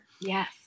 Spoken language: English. Yes